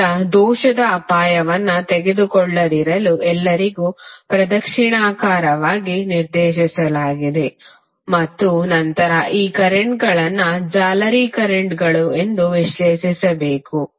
ಈಗ ದೋಷದ ಅಪಾಯವನ್ನು ತೆಗೆದುಕೊಳ್ಳದಿರಲು ಎಲ್ಲರಿಗೂ ಪ್ರದಕ್ಷಿಣಾಕಾರವಾಗಿ ನಿರ್ದೇಶಿಸಲಾಗಿದೆ ಮತ್ತು ನಂತರ ಈ ಕರೆಂಟ್ಗಳನ್ನು ಜಾಲರಿ ಕರೆಂಟ್ಗಳು ಎಂದು ವಿಶ್ಲೇಷಿಸಬೇಕು